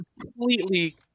completely